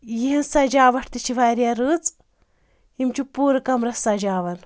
یِہنز سَجاوَٹ تِہ چھ واریاہ رٕژ یِم چھ پوٗرٕ کَمرَس سَجاوان